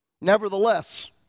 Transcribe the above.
Nevertheless